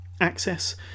Access